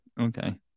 okay